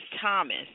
Thomas